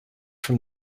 from